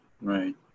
right